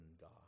God